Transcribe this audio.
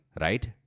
right